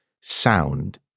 sound